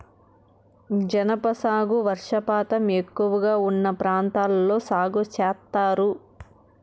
జనప సాగు వర్షపాతం ఎక్కువగా ఉన్న ప్రాంతాల్లో సాగు చేత్తారు